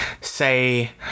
say